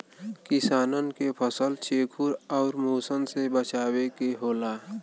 किसानन के फसल चेखुर आउर मुसन से बचावे के होला